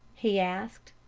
he asked.